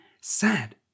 sad